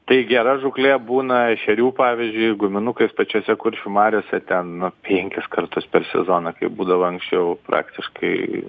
tai gera žūklė būna ešerių pavyzdžiui guminukais pačiose kuršių mariose ten penkis kartus per sezoną kaip būdavo anksčiau praktiškai